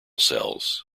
cells